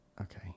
okay